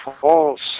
False